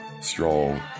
strong